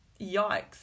yikes